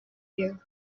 you